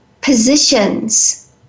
positions